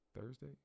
Thursday